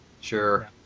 Sure